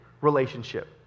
relationship